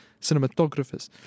cinematographers